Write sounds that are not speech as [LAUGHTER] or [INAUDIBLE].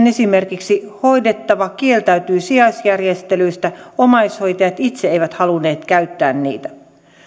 [UNINTELLIGIBLE] esimerkiksi hoidettava kieltäytyy sijaisjärjestelyistä omaishoitajat itse eivät halunneet käyttää niitä